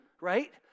right